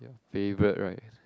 favourite right